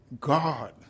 God